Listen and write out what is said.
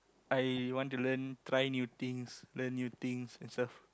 I want to learn try new things learn new things and stuff